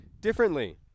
differently